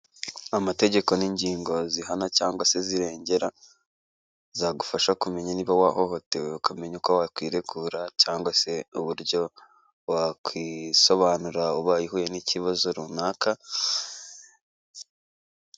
Amategeko n'ingingo zihana cyangwa se zirengera zagufasha kumenya niba wahohotewe ukamenya uko wakwiregura cyangwa se uburyo wakwisobanura ubaye uhuye n'ikibazo runaka.